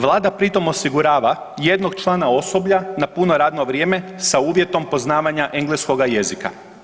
Vlada pritom osigurava jednog člana osoblja na puno radno vrijeme sa uvjetom poznavanja engleskoga jezika.